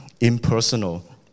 impersonal